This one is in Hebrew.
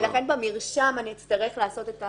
ולכן במרשם אני אצטרך לעשות את זה